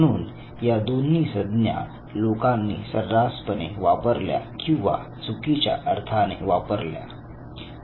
म्हणून या दोन्ही सज्ञा लोकांनी सर्रासपणे वापरल्या किंवा चुकीच्या अर्थाने वापरल्या